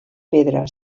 pedra